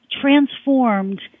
transformed